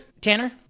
Tanner